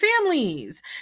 families